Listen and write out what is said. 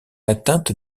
atteinte